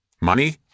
Money